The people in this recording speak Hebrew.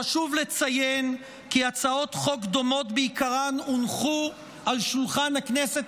חשוב לציין כי הצעות חוק דומות בעיקרן הונחו על שולחן הכנסת